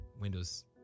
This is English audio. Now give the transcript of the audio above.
Windows